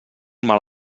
mal